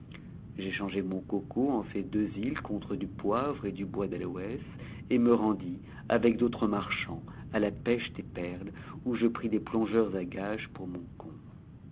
j'échangeai inoncoco en ces deux mes contre du poivre et du bois d'aloès et me rendis m'ec d'autres marchands à la pêche des perles ou je pris des plongeurs à g gc pour mon compte